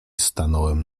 stanąłem